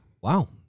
Wow